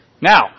Now